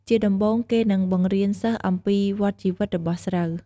ជាដំបូង គេនឹងបង្រៀនសិស្សអំពីវដ្តជីវិតរបស់ស្រូវ។